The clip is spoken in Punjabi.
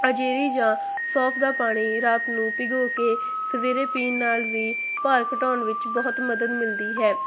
ਅੰਜੀਰੀ ਜਾ ਸੋਂਫ ਦਾ ਪਾਣੀ ਰਾਤ ਨੂੰ ਭਿਗੋ ਕੇ ਸਵੇਰੇ ਪੀਣ ਨਾਲ ਵੀ ਭਾਰ ਘਟਾਉਣ ਵਿੱਚ ਬਹੁਤ ਮਦਦ ਮਿਲਦੀ ਹੈ